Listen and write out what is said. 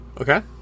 Okay